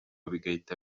bigahita